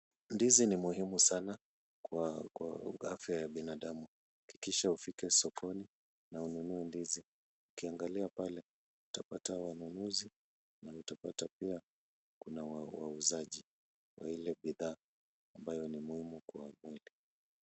Ndizi ni muhimu sana kwa afya ya binadamu. Hakikisha umefika sokoni na ununue ndizi. Ukiangalia pale utapata wanunuzi au utapata pia kuna wauzaji wa ile bidhaa ambayo ni muhimu kwa mtu.